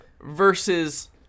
Versus